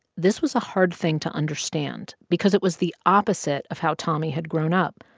this was a hard thing to understand because it was the opposite of how tommy had grown up.